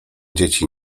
dzieci